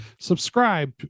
Subscribe